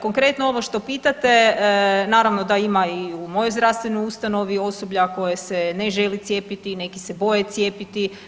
Konkretno ovo što pitate naravno da ima i u mojoj zdravstvenoj ustanovi osoblja koje se ne žele cijepiti, neki se boje cijepiti.